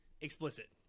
explicit